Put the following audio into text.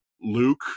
Luke